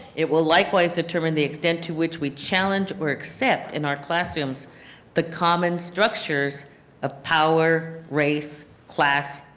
it will, likewise, determine the extent to which we challenge or except in our classrooms the common structures of power, race, class,